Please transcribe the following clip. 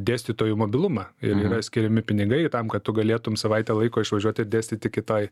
dėstytojų mobilumą ir yra skiriami pinigai tam kad tu galėtum savaitę laiko išvažiuoti ir dėstyti kitai